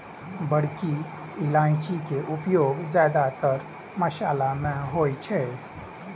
बड़की इलायची के उपयोग जादेतर मशाला मे होइ छै